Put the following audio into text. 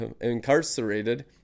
incarcerated